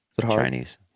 Chinese